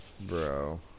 Bro